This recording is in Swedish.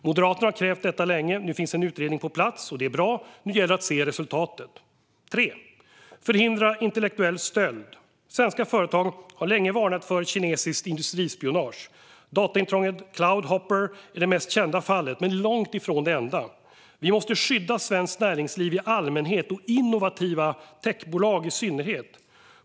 Moderaterna har krävt detta länge. Nu finns en utredning på plats. Det är bra. Nu gäller det att se resultat. Den tredje delen gäller att förhindra intellektuell stöld. Svenska företag har länge varnat för kinesiskt industrispionage. Dataintrånget Cloud Hopper är det mest kända men långt ifrån enda fallet. Vi måste skydda svenskt näringsliv i allmänhet och innovativa techbolag i synnerhet.